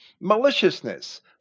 maliciousness